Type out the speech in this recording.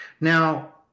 Now